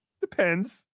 depends